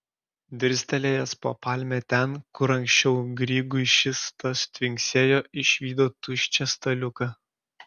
dirstelėjęs po palme ten kur anksčiau grygui šis tas tvinksėjo išvydo tuščią staliuką